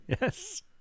Yes